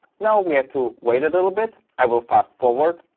now we have to wait a little bit. i will fast forward.